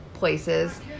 Places